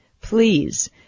please